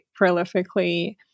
prolifically